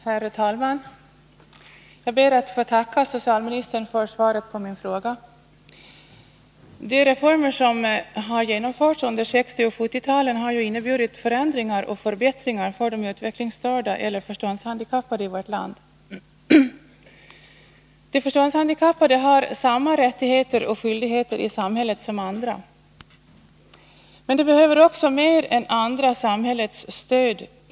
Herr talman! Jag ber att få tacka socialministern för svaret på min fråga. De reformer som genomförts under 1960 och 1970-talen har inneburit förändringar och förbättringar för de utvecklingsstörda eller förståndshandikappade i vårt land. De förståndshandikappade har samma rättigheter och skyldigheter i samhället som andra. Men de behöver också mer än andra samhällets stöd.